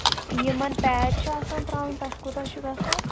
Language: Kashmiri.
یِمَن پیچ چھِ آسان ترٛاوُن تَتھ کوٗتاہ چھُ گژھان